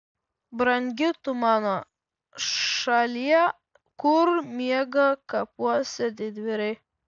brangi tu mano šalie kur miega kapuose didvyriai